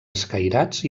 escairats